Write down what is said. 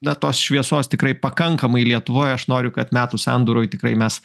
na tos šviesos tikrai pakankamai lietuvoj aš noriu kad metų sandūroj tikrai mes